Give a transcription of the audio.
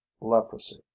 Leprosy